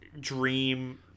dream